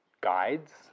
guides